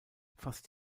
fast